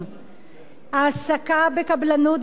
העסקה בקבלנות בשירות המדינה,